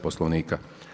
Poslovnika.